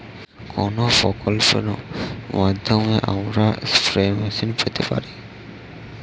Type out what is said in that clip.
কোন প্রকল্পের মাধ্যমে আমরা স্প্রে মেশিন পেতে পারি?